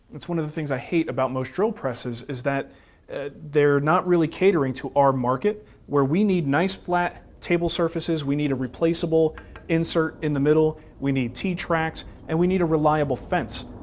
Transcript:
that's one of the things i hate about most drill presses is that and they are not really catering to our market where we need nice flat table surfaces, we need a replaceable insert in the middle, we need t tracks, and we need a reliable fence.